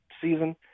season